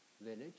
village